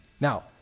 Now